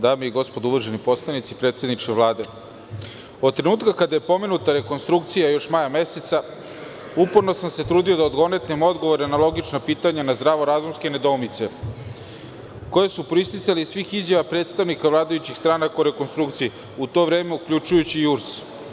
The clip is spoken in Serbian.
Dame i gospodo, uvaženi poslanici, predsedniče Vlade, od trenutka kada je pomenuta rekonstrukcija, još maja meseca, uporno sam se trudio da odgonetnem odgovore na logična pitanja na zdravo razumske nedoumice koje su proisticale iz svih izjava predstavnika vladajućih stranaka u rekonstrukciji, u to vreme, uključujući i URS.